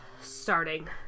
starting